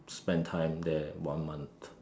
spend time there one month